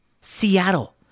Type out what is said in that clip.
Seattle